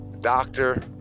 doctor